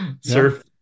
surf